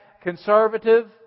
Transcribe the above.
conservative